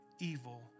evil